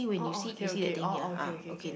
oh oh okay okay oh oh okay okay okay